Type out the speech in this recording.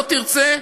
לא תרצה,